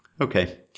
Okay